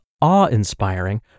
awe-inspiring